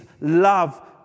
love